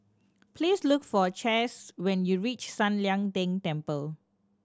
please look for Chace when you reach San Lian Deng Temple